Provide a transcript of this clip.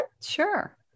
Sure